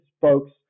folks